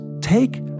Take